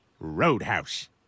Roadhouse